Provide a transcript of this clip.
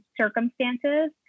circumstances